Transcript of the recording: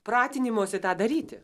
pratinimosi tą daryti